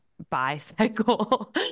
Bicycle